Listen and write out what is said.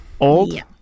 Old